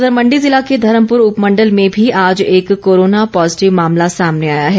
उधर मण्डी जिला के धर्मपुर उपमंडल में भी आज एक कोरोना पॉजिटिव मामला सामने आया है